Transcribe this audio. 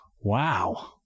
Wow